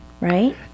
right